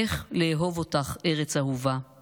// איך לאהוב אותך, ארץ אהובה /